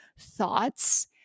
thoughts